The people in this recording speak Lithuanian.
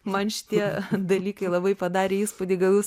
man šitie dalykai labai padarė įspūdį gal jūs